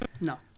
No